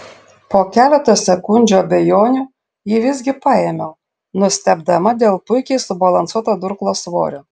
po keleto sekundžių abejonių jį visgi paėmiau nustebdama dėl puikiai subalansuoto durklo svorio